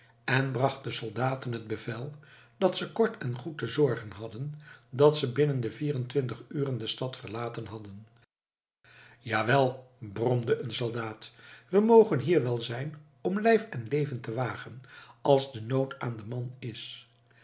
en bracht den soldaten het bevel dat ze kort en goed te zorgen hadden dat ze binnen de vierentwintig uren de stad verlaten hadden jawel bromde een soldaat we mogen hier wel zijn om lijf en leven te wagen als de nood aan den man is